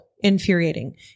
infuriating